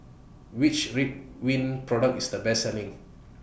Which Ridwind Product IS The Best Selling